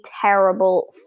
terrible